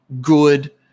good